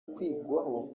kwigwaho